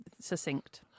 Succinct